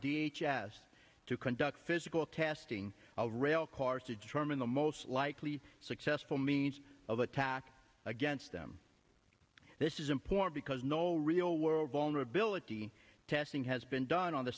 d h as to conduct physical testing of rail cars to determine the most likely successful means of attack against them this is important because no real world vulnerability testing has been done on the